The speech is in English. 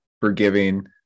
forgiving